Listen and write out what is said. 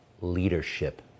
leadership